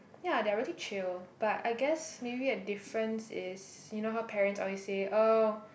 ya they're really chill but I guess maybe the difference is you know how parents always say oh